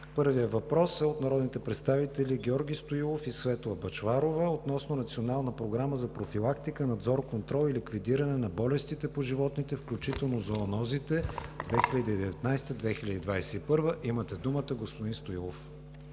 Първият въпрос е от народните представители Георги Стоилов и Светла Бъчварова относно Националната програма за профилактика, надзор, контрол и ликвидиране на болестите по животните, включително зоонозите 2019 – 2021 г. Имате думата, господин Стоилов.